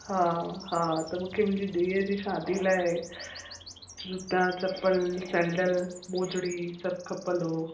हा हा त मूंखे मुंहिंजी धीअ जी शादी लाइ जूता चप्पल सैंडिल मोजिड़ी सभु खपंदो हो